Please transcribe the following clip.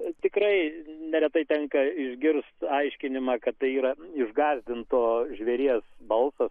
ir tikrai neretai tenka išgirst paaiškinimą kad tai yra išgąsdinto žvėries balsas